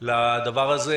לדבר הזה,